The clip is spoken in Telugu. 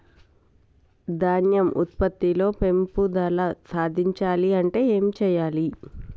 ధాన్యం ఉత్పత్తి లో పెంపుదల సాధించాలి అంటే ఏం చెయ్యాలి?